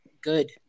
good